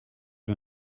mir